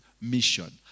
mission